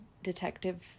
detective